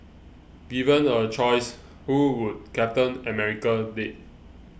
given a choice who would Captain America date